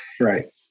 right